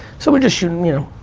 so we're just shooting, you know,